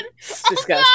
Disgusting